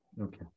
Okay